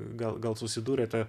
gal gal susidūrėte